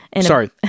Sorry